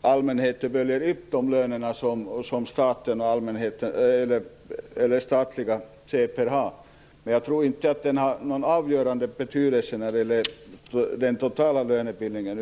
allmänheten vilka löner statliga chefer har. Men jag tror inte att det har någon avgörande betydelse för den totala lönebildningen.